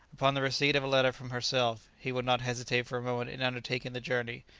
upon the receipt of a letter from herself, he would not hesitate for a moment in undertaking the journey,